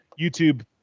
YouTube